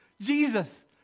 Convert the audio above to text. Jesus